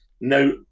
no